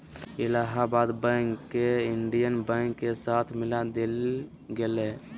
Allahabad bank के Indian bank के साथ मिला देल गेले